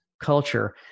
culture